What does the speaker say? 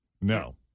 No